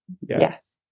Yes